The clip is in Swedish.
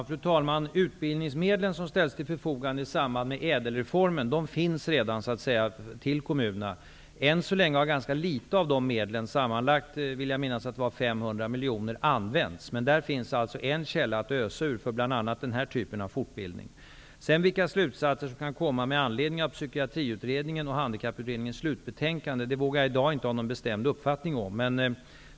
Fru talman! De utbildningsmedel som ställdes till förfogande i samband med ÄDEL-reformen finns redan för kommunerna. Än så länge har man använt en ganska liten del av medlen på sammanlagt 500 miljoner, men där finns alltså en källa att ösa ur för bl.a. den här typen av fortbildning. Vilka slutsatser som kan dras med anledning av Psykiatriutredningens och Handikapputredningens slutbetänkanden vågar jag i dag inte ha någon bestämd uppfattning om.